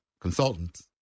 consultants